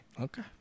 Okay